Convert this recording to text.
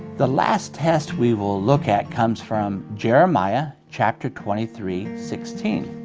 the last test we will look at comes from jeremiah chapter twenty three sixteen.